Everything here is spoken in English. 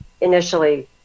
Initially